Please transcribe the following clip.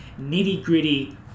nitty-gritty